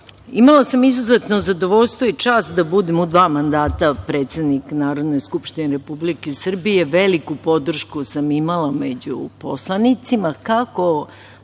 sam izuzetno zadovoljstvo i čast da budem u dva mandata predsednik Narodne skupštine Republike Srbije. Veliku podršku sam imala među poslanicima, kako